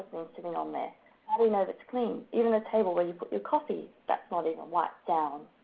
sitting on there. how do you know if it's clean? even the table where you put your coffee, that's not even wiped down.